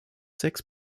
six